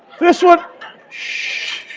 this one shh.